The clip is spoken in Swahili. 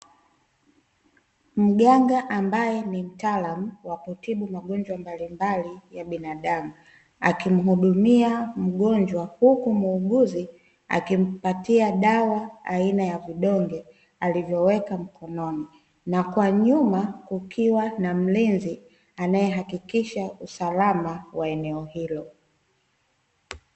Mganga ambaye ni mtaalamu wa kutibu magonjwa mbalimbali ya binadamu, akimhidumia mgonjwa huku muuguzi akimpatia dawa aina ya vidonge alivyoweka mkononi, na kwa nyuma kukiwa na mlinzi anayehakikisha usalama wa eneo hilo.